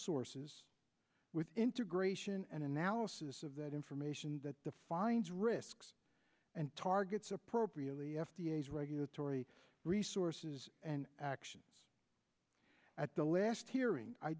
sources with integration and analysis of that information that defines risks and targets appropriately f d a is regulatory resources and action at the last hearing i